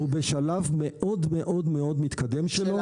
הוא בשלב מאוד מאוד מתקדם שלו,